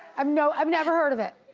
um you know i've never heard of it.